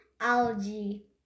algae